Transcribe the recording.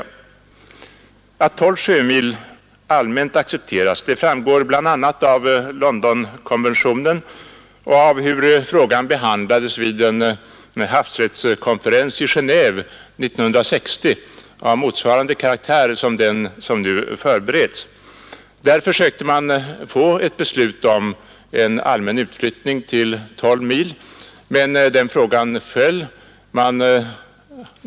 Nr 83 Att 12 sjömil allmänt accepteras framgår bl.a. av Londonkonventio Fredagen den nen och av hur frågan behandlades vid en havsrättskonferens i Genéve 19 maj 1972 1960 av samma karaktär som den som nu förbereds. Där sökte man få ett beslut om en allmän utflyttning till 12 sjömil, men den frågan föll.